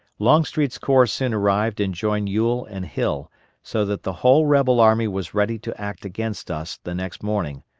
longstreet's corps soon arrived and joined ewell and hill so that the whole rebel army was ready to act against us the next morning,